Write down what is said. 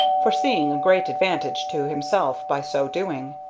foreseeing a great advantage to himself by so doing.